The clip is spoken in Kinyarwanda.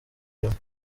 inyuma